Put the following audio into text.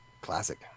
classic